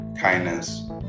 Kindness